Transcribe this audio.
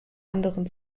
anderen